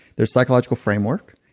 there's psychological framework.